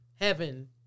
heaven